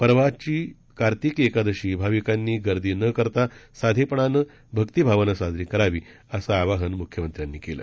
परवाची कार्तिकी एकादशी भाविकांनी गर्दी न करता साधेपणानं भक्तिभावानं साजरी करावी असं आवाहन मुख्यमंत्र्यांनी केलं